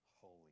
holy